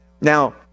Now